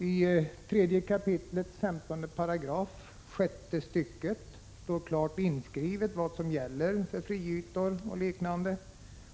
I 3 kap. 15 § 6 stycket står klart inskrivet vad som gäller för friytor och liknande.